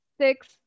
Six